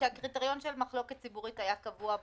כשהקריטריון של מחלוקת ציבורית היה קבוע בחוזר,